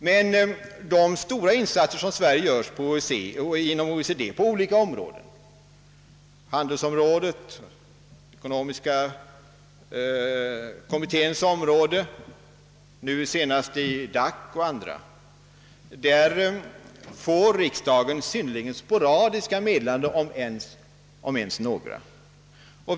Men beträffande de insatser som Sverige gör inom OECD på olika områden — handelsområdet, den ekonomiska kommitténs område, nu senast i DAC och andra — får riksdagen synnerligen sporadiska meddelanden, om ens några.